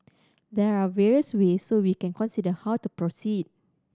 there are various ways so we consider how to proceed